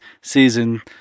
season